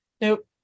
nope